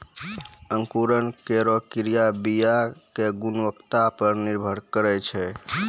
अंकुरन केरो क्रिया बीया क गुणवत्ता पर निर्भर करै छै